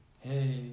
Hey